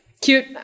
cute